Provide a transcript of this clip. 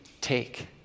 take